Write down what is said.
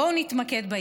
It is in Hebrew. בואו נתמקד בעיקר.